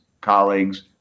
colleagues